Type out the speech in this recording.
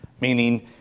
meaning